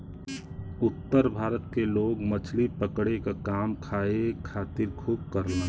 उत्तर भारत के लोग मछली पकड़े क काम खाए खातिर खूब करलन